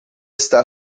está